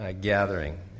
gathering